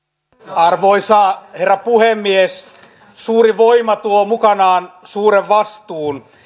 arvoisa herra puhemies suuri voima tuo mukanaan suuren vastuun